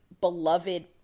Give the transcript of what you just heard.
beloved